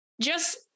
Just-